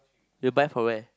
you buy from where